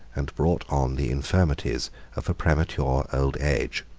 and brought on the infirmities of a premature old age.